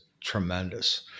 tremendous